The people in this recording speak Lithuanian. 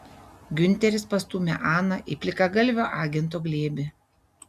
giunteris pastūmė aną į plikagalvio agento glėbį